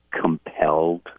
compelled